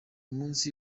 munsi